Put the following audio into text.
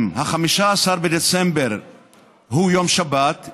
אם 15 בדצמבר הוא יום שבת,